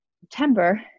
September